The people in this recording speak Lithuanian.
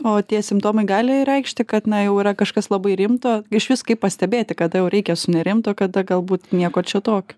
o tie simptomai gali reikšti kad na jau yra kažkas labai rimto išvis kaip pastebėti kada jau reikia sunerimt o kada galbūt nieko čia tokio